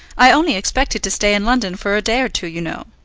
i only expected to stay in london for a day or two, you know.